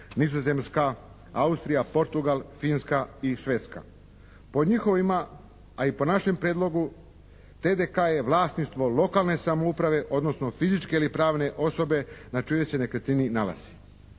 Nizozemska, Austrija, Portugal, Finska i Švedska. Po njihovima, a i po našem prijedlogu TDK je vlasništvo lokalne samouprave, odnosno fizičke ili pravne osobe na čijoj se nekretnini nalazi.